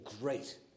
great